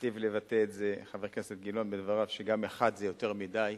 היטיב לבטא את זה חבר הכנסת גילאון בדבריו שגם אחד זה יותר מדי,